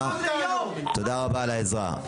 תודה רבה על העזרה.